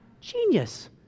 genius